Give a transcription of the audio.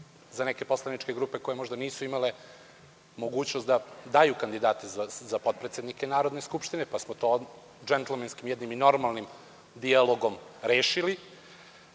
za neke poslaničke grupe koje možda nisu imale mogućnost da daju kandidate za potpredsednike Narodne skupštine. To smo jednim džentlmenskim, normalnim dijalogom rešili.